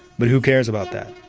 but who cares about that?